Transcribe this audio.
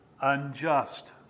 unjust